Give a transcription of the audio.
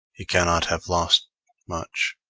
he cannot have lost much